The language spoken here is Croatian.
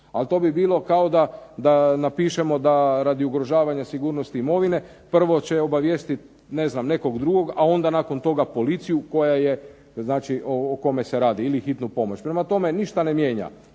Ali to bi bilo kao da napišemo da radi ugrožavanja sigurnosti imovine prvo će obavijestiti ne znam nekog drugog, a onda nakon toga policiju koja je, znači o kome se radi, ili hitnu pomoć. Prema tome ništa ne mijenja,